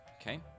Okay